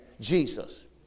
Jesus